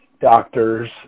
doctors